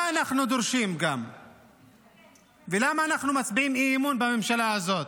מה אנחנו דורשים ולמה אנחנו מצביעים אי-אמון בממשלה הזאת?